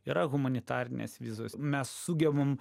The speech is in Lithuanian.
yra humanitarinės vizos mes sugebam